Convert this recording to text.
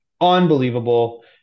unbelievable